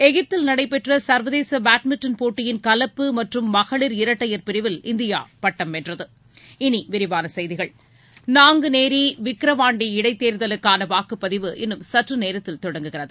எகிப்தில் நடைபெற்ற சர்வதேச பேட்மிண்டன் போட்டியின் கலப்பு மற்றும் மகளிர் இரட்டையர் பிரிவில் இந்தியா பட்டம் வென்றது இனி விரிவான செய்திகள் நாங்குநேரி விக்கிரவாண்டி இடைத்தேர்தலுக்கான வாக்குப்பதிவு இன்னும் சற்று நேரத்தில் தொடங்குகிறது